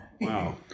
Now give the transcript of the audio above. wow